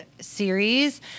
series